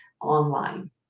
online